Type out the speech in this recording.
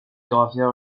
gofio